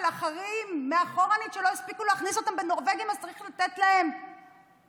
של אחרים מאחור שלא הספיקו להכניס אותם בנורבגים אז צריך לתת להם משרות.